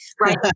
right